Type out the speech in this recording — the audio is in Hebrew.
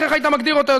איך היית מגדיר אותו,